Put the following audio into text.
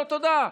לא תודה,